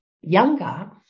younger